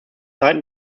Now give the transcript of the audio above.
seiten